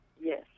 Yes